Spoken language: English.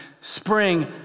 spring